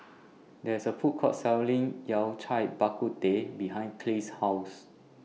There IS A Food Court Selling Yao Cai Bak Kut Teh behind Clay's House